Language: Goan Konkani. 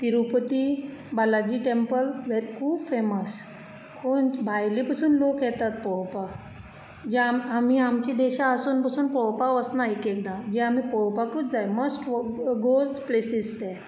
तिरुपती बालाजी टेंपल्स हें खूब फेमस कोण भायलें पसून लोक येता पळोवपाक जें आमी आमच्या देशा आसून पसून पळोवपाक वचनात एक एकदां जे आमी पळोवपाकूच जाय मस्ट गोज प्लेसीस ते